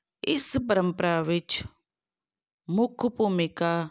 ਇਸ ਪ੍ਰੰਪਰਾ ਵਿੱਚ ਮੁੱਖ ਭੂਮਿਕਾ